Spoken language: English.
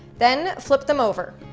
then flip them over.